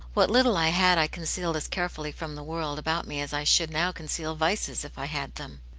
what little i had i concealed as carefully from the world about me as i should now conceal vices, if i had them.